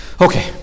okay